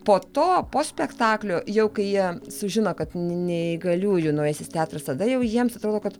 po to po spektaklio jau kai jie sužino kad ne neįgaliųjų naujasis teatras tada jau jiems atrodo kad